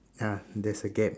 ya there's a gap